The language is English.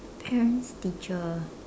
parents teacher